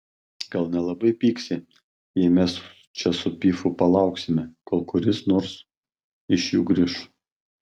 gal nelabai pyksi jei mes čia su pifu palauksime kol kuris nors iš jų grįš